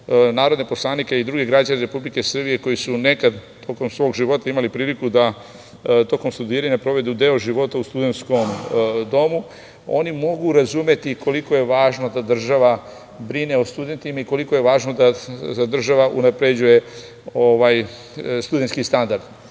narodne poslanike i druge građane Republike Srbije, koji su nekada tokom svog života imali priliku da tokom studiranja provedu deo života u studentskom domu, oni mogu razumeti koliko je važno da država brine o studentima i koliko je važno da država unapređuje studentski standard. Sticajem